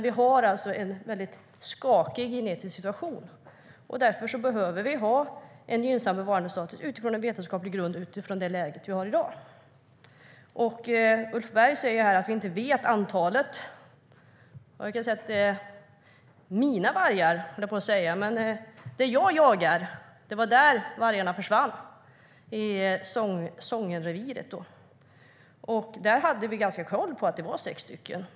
Vi har en skakig genetisk situation, och därför behöver vi ha en gynnsam bevarandestatus på vetenskaplig grund utifrån det läge vi har i dag. Ulf Berg säger att vi inte vet antalet. Där jag jagar, i Sångenreviret, försvann vargarna. Där hade vi koll på att det var sex stycken.